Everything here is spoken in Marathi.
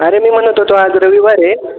अरे मी म्हणत होतो आज रविवार आहे